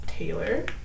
Taylor